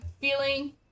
feeling